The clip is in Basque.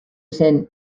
zen